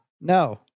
no